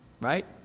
right